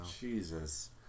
Jesus